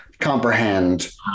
comprehend